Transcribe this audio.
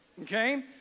okay